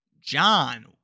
John